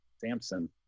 Samson